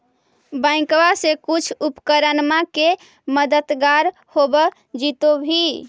बैंकबा से कुछ उपकरणमा के मददगार होब होतै भी?